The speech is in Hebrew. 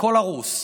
הכול הרוס.